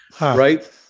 right